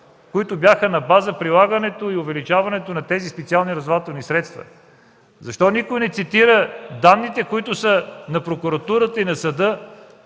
които бяха на база прилагането и увеличаването на тези специални разузнавателни средства? Защо никой не цитира данните, на прокуратурата и на съда